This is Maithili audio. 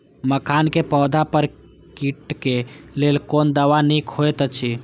मखानक पौधा पर कीटक लेल कोन दवा निक होयत अछि?